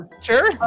Sure